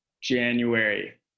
January